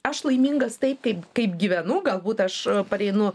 aš laimingas taip kaip kaip gyvenu galbūt aš pareinu